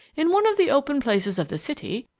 in one of the open places of the city,